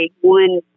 one